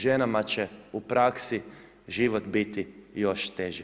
Ženama će u praksi život biti još teži.